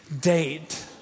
date